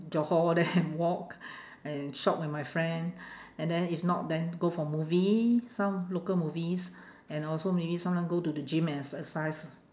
johor there and walk and shop with my friend and then if not then go for movie some local movies and also maybe sometime go to the gym and exercise